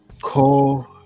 call